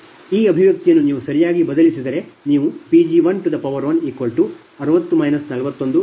ಈ ಅಭಿವ್ಯಕ್ತಿಯನ್ನು ನೀವು ಸರಿಯಾಗಿ ಬದಲಿಸಿದರೆ ನೀವು Pg160 4120